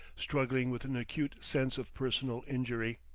struggling with an acute sense of personal injury.